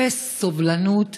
אפס סובלנות